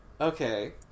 Okay